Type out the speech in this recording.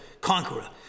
conqueror